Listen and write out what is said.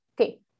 Okay